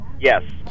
Yes